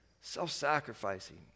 Self-sacrificing